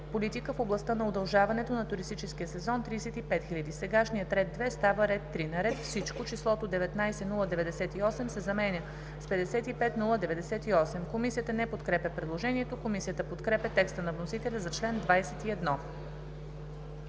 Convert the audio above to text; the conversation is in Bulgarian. Политика в областта на удължаването на туристическия сезон 35 000,0“. - сегашният ред 2 става ред 3. - на ред Всичко числото „ 19 098,0„ се заменя с „55 098,0“.“ Комисията не подкрепя предложението. Комисията подкрепя текста на вносителя за чл. 21.